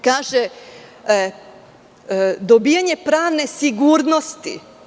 Kaže – dobijanje pravne sigurnosti.